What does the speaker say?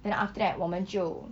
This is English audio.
then after that 我们就